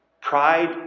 pride